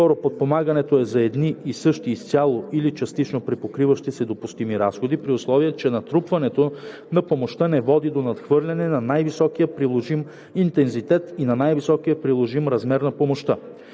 2. подпомагането е за едни и същи изцяло или частично припокриващи се допустими разходи, при условие че натрупването на помощта не води до надхвърляне на най-високия приложим интензитет и на най-високия приложим размер на помощта.